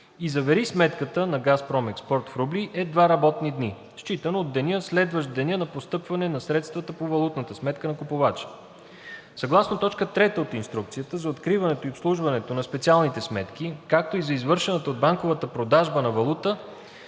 да завери сметката на ООО „Газпром Експорт“ в рубли, е два работни дни считано от деня, следващ деня на постъпване на средствата по валутната сметка на купувача. Съгласно т. III от Инструкцията за откриването и обслужването на специалните сметки, както и за извършената от банката продажба на валута,